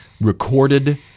recorded